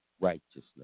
righteousness